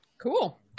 Cool